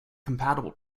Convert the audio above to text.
compatible